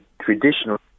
traditional